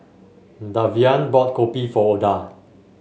Davian bought Kopi for Oda